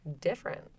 different